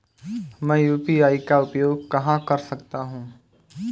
मैं यू.पी.आई का उपयोग कहां कर सकता हूं?